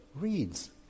reads